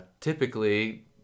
typically